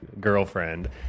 girlfriend